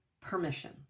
permission